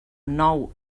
nou